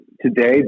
today